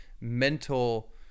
mental